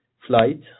flight